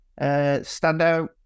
standout